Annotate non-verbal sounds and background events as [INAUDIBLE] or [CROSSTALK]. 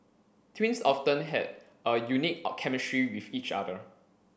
twins often have a unique [UNINTELLIGIBLE] chemistry with each other